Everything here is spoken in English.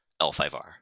L5R